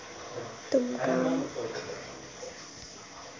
तुमका माहीत हा काय भूजल गोड्या पानाचो नैसर्गिक स्त्रोत असा